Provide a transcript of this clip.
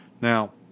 Now